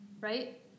right